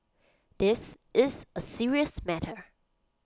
this is A serious matter